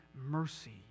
mercy